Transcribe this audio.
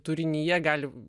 turinyje gali